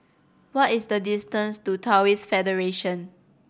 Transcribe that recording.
what is the distance to Taoist Federation